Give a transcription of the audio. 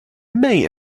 may